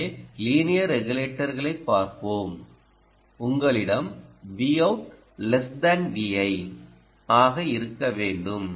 எனவே லீனியர் ரெகுலேட்டர்களைப் பார்ப்போம் உங்களிடம் Vout Vi ஆக இருக்க வேண்டும்